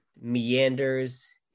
meanders